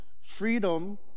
freedom